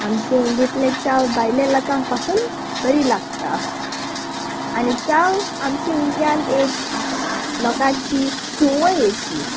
आमचे इंंदयंतले चाव बायल्या लोकांक पासून बरी लागता आनी चाव आमचे इंंदियंत एक लोकांाची सुवय अशी